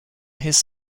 his